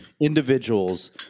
individuals